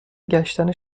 گشتن